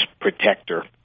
protector